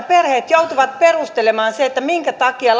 perheet joutuvat perustelemaan sen minkä takia